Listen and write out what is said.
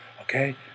Okay